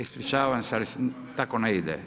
Ispričavam se, ali tako ne ide.